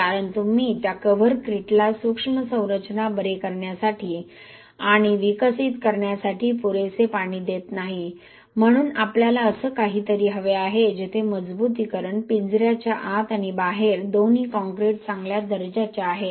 कारण तुम्ही त्या कव्हरक्रिटला सूक्ष्म संरचना बरे करण्यासाठी आणि विकसित करण्यासाठी पुरेसे पाणी देत नाही म्हणून आपल्याला असे काहीतरी हवे आहे जेथे मजबुतीकरण पिंजऱ्याच्या आत आणि बाहेर दोन्ही काँक्रीट चांगल्या दर्जाचे आहेत